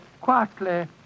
quietly